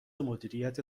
مدیریت